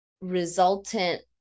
resultant